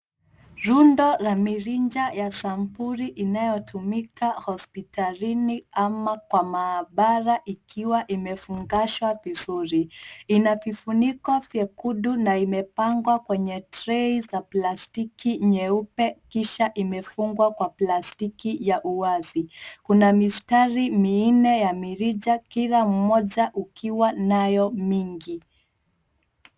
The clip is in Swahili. Rundo la mirija ya sampuli inayotumika hospitalini ama kwa maabara ikiwa imefungashwa vizuri. Ina kifuniko vyekundu na imepangwa kwenye trey za plastiki nyeupe kisha imefungwa kwa plastiki ya uwazi. Kuna mistari minne ya mirija kila mmoja ukiwa nayo mingi.